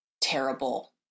terrible